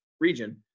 Region